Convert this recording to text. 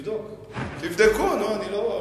תבדקו, נו, אני לא סתם,